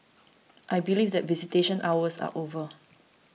I believe that visitation hours are over